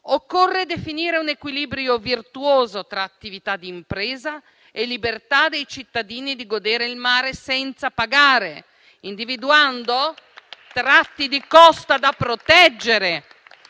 Occorre definire un equilibrio virtuoso tra attività d'impresa e libertà dei cittadini di godere il mare senza pagare, individuando tratti di costa da proteggere,